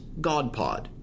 GodPod